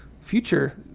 future